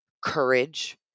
courage